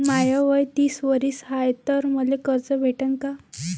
माय वय तीस वरीस हाय तर मले कर्ज भेटन का?